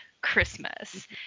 Christmas